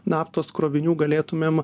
naftos krovinių galėtumėm